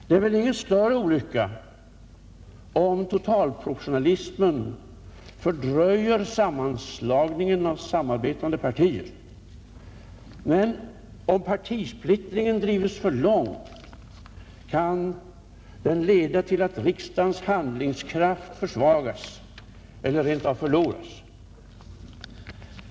Det är väl ingen större olycka, om totalproportionalismen fördröjer sammanslagningen av samarbetande partier, men om partisplittringen drives för långt, kan den leda till att riksdagens handlingskraft försvagas eller rent av förloras.